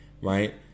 Right